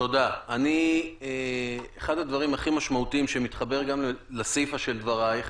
אחד הדברים הכי משמעותיים שמתחבר גם לסיפא של דברייך